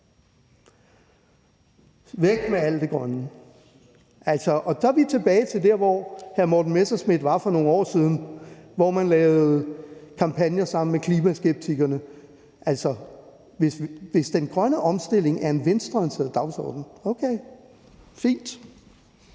Væk med alt det grønne. Og så er vi tilbage til der, hvor hr. Morten Messerschmidt var for nogle år siden, hvor man lavede kampagner sammen med klimaskeptikerne. Altså, hvis den grønne omstilling er en venstreorienteret dagsorden, er det